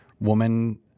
woman